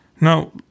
Now